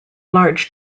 large